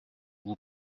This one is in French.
vous